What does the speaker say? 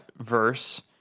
verse